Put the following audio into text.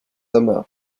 amarres